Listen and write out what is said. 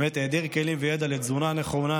היעדר כלים וידע לתזונה נכונה,